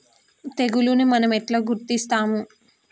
తెగులుని మనం ఎలా గుర్తిస్తాము?